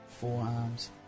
forearms